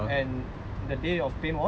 the appointment they give us twenty four september